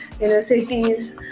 universities